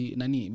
nani